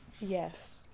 Yes